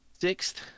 sixth